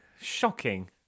shocking